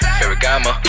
Ferragamo